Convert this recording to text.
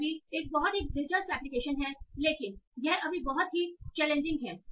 यह भी एक बहुत ही दिलचस्प एप्लीकेशन है लेकिन यह अभी बहुत चैलेंजिंग है